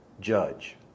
Judge